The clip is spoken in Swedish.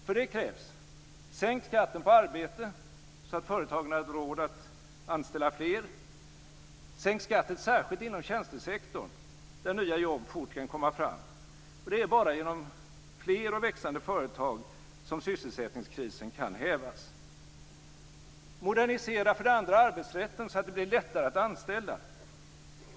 För det krävs följande: Sänk skatten på arbete, så att företagen har råd att anställa fler. Sänk skatten särskilt inom tjänstesektorn, där nya jobb fort kan komma fram. Det är bara genom fler och växande företag som sysselsättningskrisen kan hävas. Modernisera arbetsrätten, så att det blir lättare att anställa.